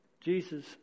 Jesus